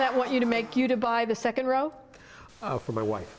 that what you do make you to buy the second row for my wife